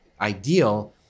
ideal